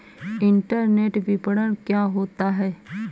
Internet विपणन क्या होता है?